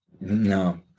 No